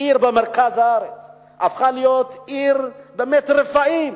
עיר במרכז הארץ הפכה להיות באמת עיר רפאים,